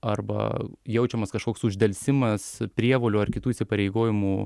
arba jaučiamas kažkoks uždelsimas prievolių ar kitų įsipareigojimų